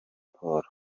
sport